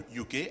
UK